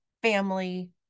family